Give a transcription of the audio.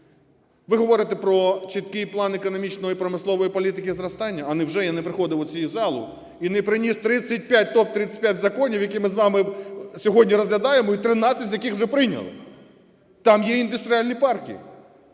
Ви говорите про чіткий план економічної і промислової політики зростання, а невже я не приходив у цю залу і не приніс топ 35 законів, які ми з вами сьогодні розглядаємо і 13 з яких вже прийняли? Там є індустріальні парки.